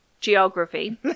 Geography